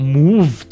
move